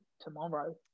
tomorrow